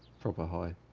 proper high.